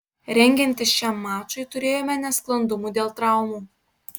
rengiantis šiam mačui turėjome nesklandumų dėl traumų